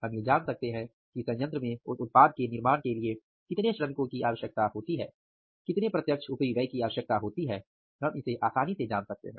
हम ये जान सकते हैं कि सयंत्र में उस उत्पाद के निर्माण के लिए कितने श्रमिकों की आवश्यकता होती है कितने प्रत्यक्ष उपरिव्यय की आवश्यकता होती है हम इसे आसानी से जान सकते हैं